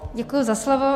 Děkuji za slovo.